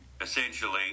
essentially